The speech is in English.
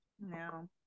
No